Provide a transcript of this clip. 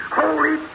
holy